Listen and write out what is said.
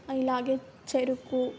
ఇలాగే చెరుకు